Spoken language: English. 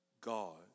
God